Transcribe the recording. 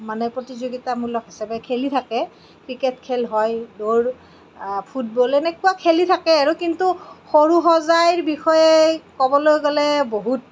মানে প্ৰতিযোগিতামূলক হিচাপে খেলি থাকে ক্ৰিকেট খেল হয় দৌৰ ফুটবল এনেকুৱা খেলি থাকে আৰু কিন্তু সৰুসজাইৰ বিষয়ে ক'বলৈ গ'লে বহুত